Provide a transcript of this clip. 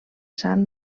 sant